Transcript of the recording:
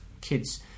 kids